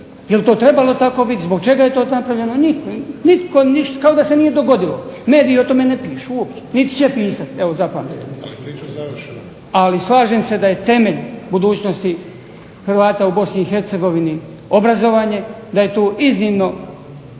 Je li to trebalo tako biti? Zbog čega je to napravljeno? Nitko ništa, kao da se nije dogodilo. Mediji o tome ne pišu uopće, niti će pisati. Evo zapamtite. Ali slažem se da je temelj budućnosti Hrvata u Bosni i Hercegovini obrazovanje, da je tu iznimno